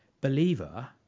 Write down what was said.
believer